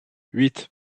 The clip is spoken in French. huit